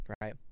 right